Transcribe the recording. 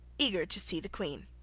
eager to see the queen.